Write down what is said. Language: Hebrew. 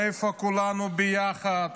איפה "כולנו ביחד"?